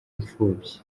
imfubyi